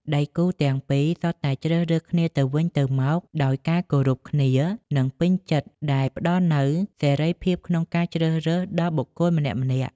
ដៃគូទាំងពីរសុទ្ធតែជ្រើសរើសគ្នាទៅវិញទៅមកដោយ ការគោរពគ្នា និងពេញចិត្ត ដែលផ្តល់នូវ សេរីភាពក្នុងការជ្រើសរើសដល់បុគ្គលម្នាក់ៗ។